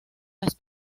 las